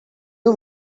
you